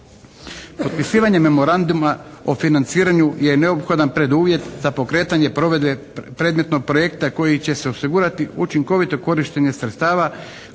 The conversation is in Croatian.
Potpisivanje memoranduma o financiranju je neophodan preduvjet za pokretanje provedbe predmetnog projekta koji će se osigurati učinkovito korištenje sredstava